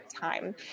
Time